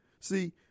See